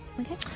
Okay